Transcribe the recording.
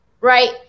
Right